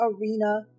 arena